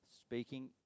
speaking